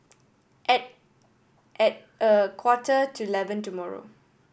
at a at a quarter to eleven tomorrow